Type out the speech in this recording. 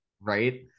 right